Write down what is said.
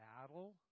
battle